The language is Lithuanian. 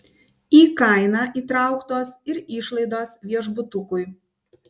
į kainą įtrauktos ir išlaidos viešbutukui